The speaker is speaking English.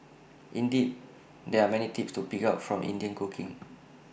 indeed there are many tips to pick up from Indian cooking